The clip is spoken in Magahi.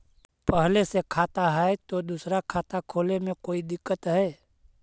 पहले से खाता है तो दूसरा खाता खोले में कोई दिक्कत है?